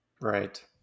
Right